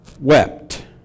wept